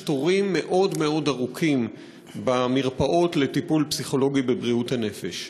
יש תורים ארוכים מאוד מאוד במרפאות לטיפול פסיכולוגי בבריאות הנפש.